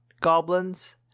goblins